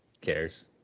cares